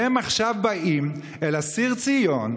והם עכשיו באים אל אסיר ציון,